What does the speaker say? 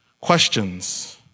Questions